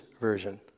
Version